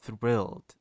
thrilled